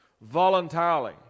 voluntarily